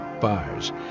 bars